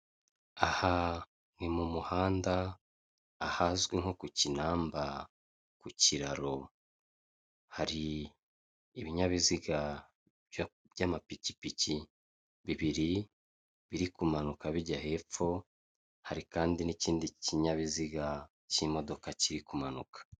Aha ni mumuhanda ahazwi nko ku kinamba ku kiraro hari ibinyabiziga by'amapikipiki bibiri biri kumanuka bijya hepfo, hari kandi n'ikindi kinyabiziga k'imodoka kiri kumanuka.